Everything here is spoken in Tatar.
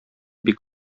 бик